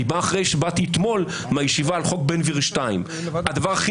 אני בא אחרי שבאתי אתמול מהישיבה על חוק בן גביר 2. הדבר הכי